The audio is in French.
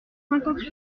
cinquante